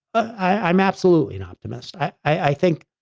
i'm absolutely an optimist. i think,